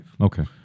Okay